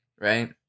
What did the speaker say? right